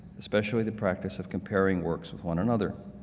especially the practice of comparing works with one another.